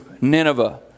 Nineveh